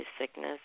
sickness